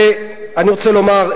ואני רוצה לומר,